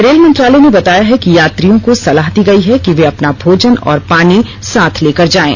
rail मंत्रालय ने बताया है कि यात्रियों को सलाह दी गई है वे अपना भोजन और पानी साथ लेकर जाएं